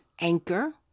Anchor